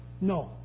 No